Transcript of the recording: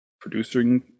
producing